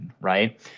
right